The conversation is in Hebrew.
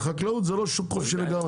והחקלאות זה לא שוק חופשי לגמרי,